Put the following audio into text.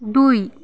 দুই